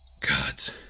Gods